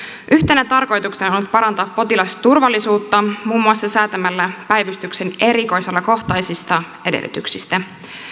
yhtenä tarkoituksena on on parantaa potilasturvallisuutta muun muassa säätämällä päivystyksen erikoisalakohtaisista edellytyksistä